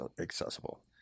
accessible